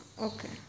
Okay